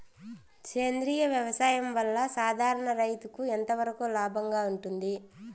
సేంద్రియ వ్యవసాయం వల్ల, సాధారణ రైతుకు ఎంతవరకు లాభంగా ఉంటుంది?